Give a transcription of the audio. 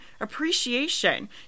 appreciation